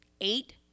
eight